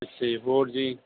ਅੱਛਾ ਜੀ ਹੋਰ ਜੀ